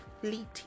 fleeting